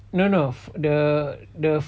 no no the the